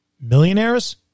millionaires